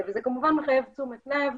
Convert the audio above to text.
זה כמובן מחייב תשומת לב,